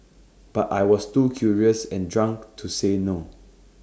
but I was too curious and drunk to say no